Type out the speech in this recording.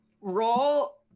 Roll